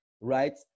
right